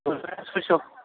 सयस'